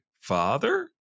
father